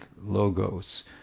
logos